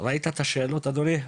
ראית את השאלות, אדוני?